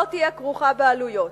לא תהיה כרוכה בעלויות.